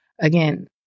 Again